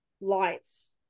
lights